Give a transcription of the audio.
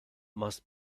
must